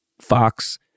Fox